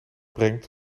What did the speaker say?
brengt